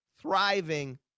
thriving